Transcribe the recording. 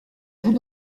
vous